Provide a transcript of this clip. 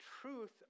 truth